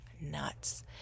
nuts